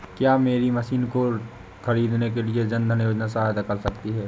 क्या मेरी मशीन को ख़रीदने के लिए जन धन योजना सहायता कर सकती है?